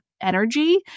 energy